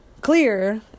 clear